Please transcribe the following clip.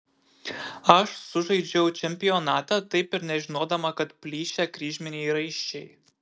aš sužaidžiau čempionatą taip ir nežinodama kad plyšę kryžminiai raiščiai